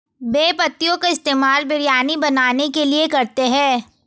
बे पत्तियों का इस्तेमाल बिरयानी बनाने के लिए करते हैं